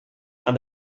and